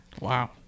Wow